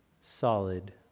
solid